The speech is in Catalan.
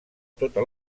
tota